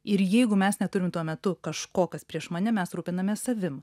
ir jeigu mes neturim tuo metu kažko kas prieš mane mes rūpinamės savim